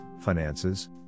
finances